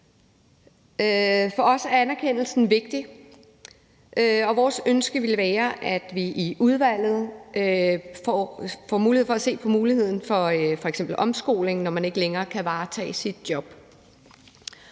For os er anerkendelsen vigtig, og vores ønske vil være, at vi i udvalget kan se på muligheden for f.eks. omskoling, når man ikke længere kan varetage sit job.